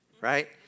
right